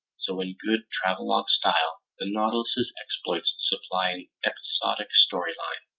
so in good travelog style, the nautilus's exploits supply an episodic story line.